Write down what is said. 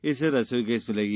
इससे रसोई गैस मिलेगी